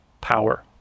power